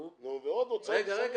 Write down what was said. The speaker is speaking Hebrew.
נו, ועוד הוצאות מסביב